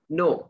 no